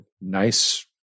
nice